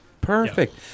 perfect